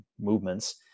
movements